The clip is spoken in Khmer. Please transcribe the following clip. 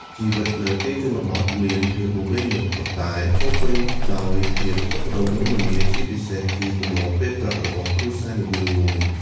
ជីវិតនៅទីជនបទមានភាពមមាញឹក ប៉ុន្តែពោរពេញដោយភាពសុខដុមរមនា ជាពិសេសគឺទម្លាប់ពេលព្រឹករបស់គ្រួសារនីមួយៗ។